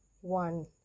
one